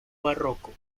barroco